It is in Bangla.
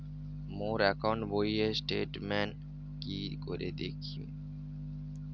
মোর একাউন্ট বইয়ের স্টেটমেন্ট কি করি দেখিম?